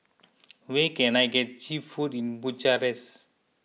where can I get Cheap Food in Bucharest